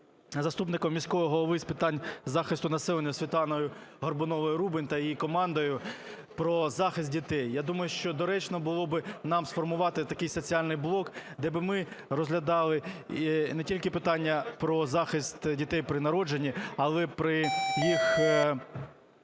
заступником міського голови з питань захисту населення Світланою Горбуновою-Рубан та її командою, про захист дітей. Я думаю, що доречно було би нам сформувати такий соціальний блок, де би ми розглядали не тільки питання про захист дітей при народженні, але при їх